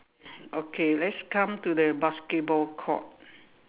okay let's come to the basketball court